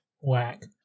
Whack